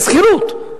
בשכירות,